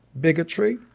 bigotry